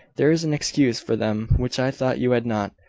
there is an excuse for them which i thought you had not.